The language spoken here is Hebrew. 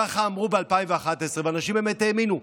ככה אמרו ב-2011, ואנשים באמת האמינו.